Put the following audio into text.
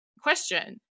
question